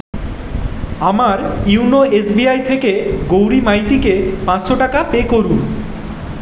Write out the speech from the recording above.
আমার YONO S B I থেকে গৌরী মাইতি কে পাঁচশো টাকা পে করুন